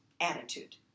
attitude